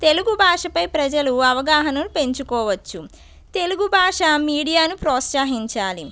తెలుగు భాషపై ప్రజలు అవగాహనను పెంచుకోవచ్చు తెలుగు భాష మీడియాను ప్రోత్సహించాలి